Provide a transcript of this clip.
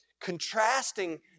contrasting